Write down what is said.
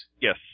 Yes